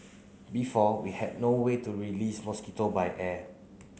before we had no way to release mosquito by air